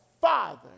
Father